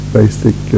basic